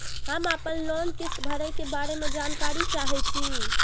हम आपन लोन किस्त भरै के बारे में जानकारी चाहै छी?